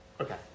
Okay